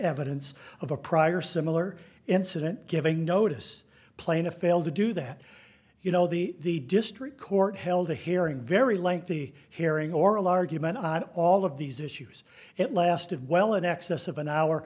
evidence of a prior similar incident giving notice plaintiff failed to do that you know the the district court held a hearing very lengthy hearing oral argument on all of these issues it lasted well in excess of an hour